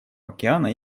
океана